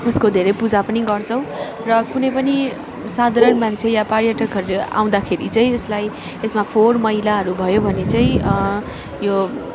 यसको धेरै पूजा पनि गर्छौ र कुनै पनि साधारण मान्छे वा पर्यटकहरू आउँदाखेरि चाहिँ यसलाई यसमा फोहोर मैलाहरू भयो भने चाहिँ यो